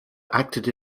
acted